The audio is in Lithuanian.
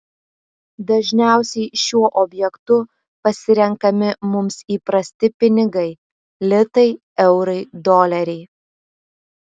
dažniausiai šiuo objektu pasirenkami mums įprasti pinigai litai eurai doleriai